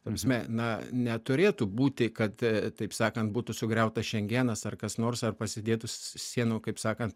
ta prasme na neturėtų būti kad taip sakant būtų sugriautas šengenas ar kas nors ar pasidėtų sienų kaip sakant